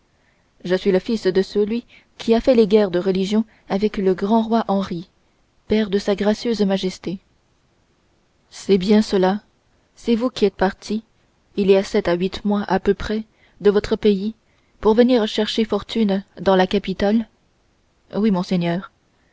je suis le fils de celui qui a fait les guerres de religion avec le grand roi henri père de sa gracieuse majesté c'est bien cela c'est vous qui êtes parti il y a sept à huit mois à peu près de votre pays pour venir chercher fortune dans la capitale oui monseigneur